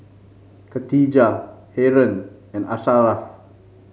Khatijah Haron and Asharaff